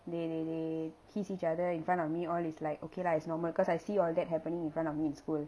they they they kiss each other in front of me all is like okay lah it's normal because I see all that happening in front of me in school